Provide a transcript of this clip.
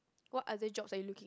what other jobs are you looking